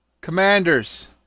commanders